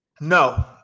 No